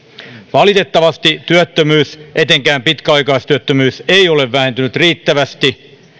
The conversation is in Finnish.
valitettavasti työttömyys etenkään pitkäaikaistyöttömyys ei ole vähentynyt riittävästi